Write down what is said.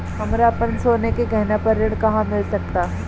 हमरा अपन सोने के गहना पर ऋण कहां मिल सकता?